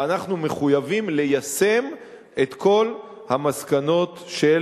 ואנחנו מחויבים ליישם את כל המסקנות של